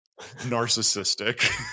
narcissistic